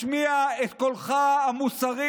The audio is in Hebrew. השמע את קולך המוסרי.